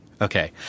Okay